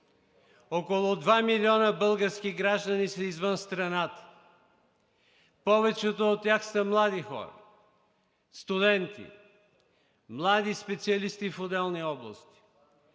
Около два милиона български граждани са извън страната. Повечето от тях са млади хора, студенти, млади специалисти в отделни области,